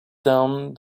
down